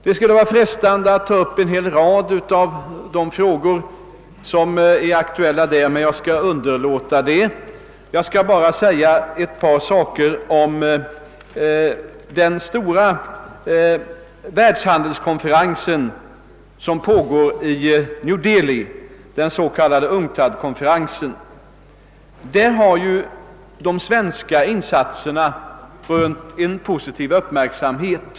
Det skulle vara frestande att ta upp en hel rad av de frågor som är aktuella därvidlag, men jag skall underlåta att göra det. Jag skall bara säga ett par ord om den stora världshandelskonferens som pågår i New Delhi, den s.k. UNCTAD-konferensen. I denna konferens har de svenska insatserna rönt en positiv uppmärksamhet.